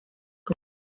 con